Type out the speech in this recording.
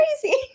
crazy